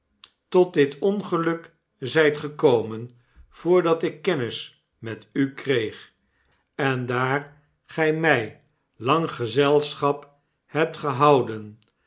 tot dit ongeluk zijt gekomen voordat ik kennis met u kreeg en daar gij mij lang gezelschap hebt gehouden